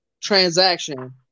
transaction